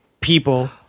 people